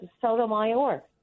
Sotomayor